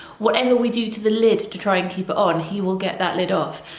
whatever we do to the lid to try and keep it on he will get that lid off,